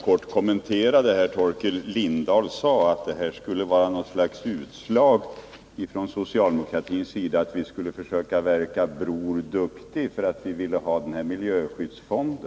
Herr talman! Jag vill bara kort kommentera Torkel Lindahls yttrande att det förhållandet att vi från socialdemokratins sida vill få till stånd en miljöskyddsfond skulle vara ett utslag av en bror-duktig-inställning.